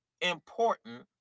important